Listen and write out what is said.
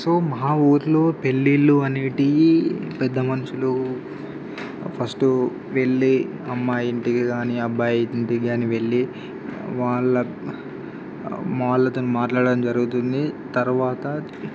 so మా ఊరిలో పెళ్ళిళ్ళు అనేటివి పెద్ద మనుషులు ఫస్టు వెళ్ళి అమ్మాయి ఇంటికి కానీ అబ్బాయి ఇంటికి కానీ వెళ్ళి వాళ్ళ వాళ్ళతోటి మాట్లాడడం జరుగుతుంది తర్వాత